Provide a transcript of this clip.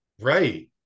Right